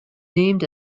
named